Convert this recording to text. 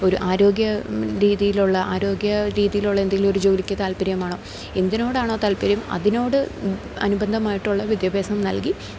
ഒരു ആരോഗ്യ രീതിയിലുള്ള ആരോഗ്യ രീതിയിലുള്ള എന്തേലും ഒരു ജോലിക്ക് താല്പര്യമാണോ എന്തിനോടാണോ താല്പര്യം അതിനോട് അനുബന്ധമായിട്ടുള്ള വിദ്യാഭ്യാസം നൽകി